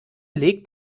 legt